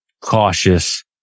cautious